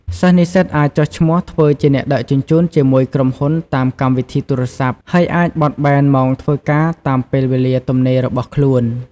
សិស្សនិស្សិតអាចចុះឈ្មោះធ្វើជាអ្នកដឹកជញ្ជូនជាមួយក្រុមហ៊ុនតាមកម្មវិធីទូរស័ព្ទ ហើយអាចបត់បែនម៉ោងធ្វើការតាមពេលវេលាទំនេររបស់ខ្លួន។